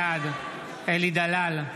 בעד אלי דלל,